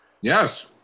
Yes